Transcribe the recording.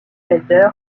helder